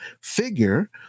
figure